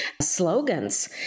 slogans